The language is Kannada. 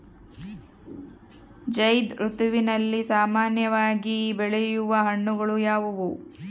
ಝೈಧ್ ಋತುವಿನಲ್ಲಿ ಸಾಮಾನ್ಯವಾಗಿ ಬೆಳೆಯುವ ಹಣ್ಣುಗಳು ಯಾವುವು?